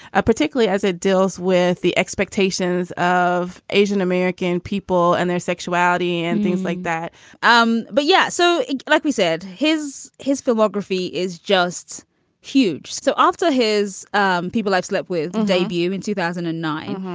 ah particularly as it deals with the expectations of asian-american people and their sexuality and things like that um but yeah. so like we said, his his filmography is just huge. so after his um people i've slept with. debut in two thousand and nine.